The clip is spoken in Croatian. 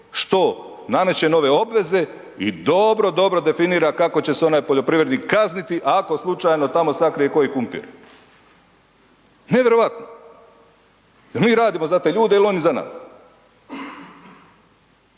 što nameće nove obveze i dobro, dobro definira kako će se onaj poljoprivrednik kazniti ako slučajno tamo sakrije koji krumpir. Nevjerojatno. Je li mi radimo za te ljude ili oni za nas?